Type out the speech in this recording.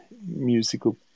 musical